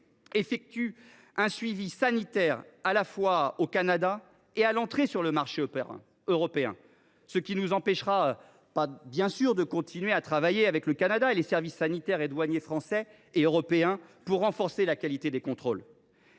effectue un suivi sanitaire, à la fois au Canada et à l’entrée des produits sur le marché européen, ce qui ne nous empêchera évidemment pas de continuer à travailler avec le Canada et les services sanitaires et douaniers français et européens pour renforcer la qualité des contrôles.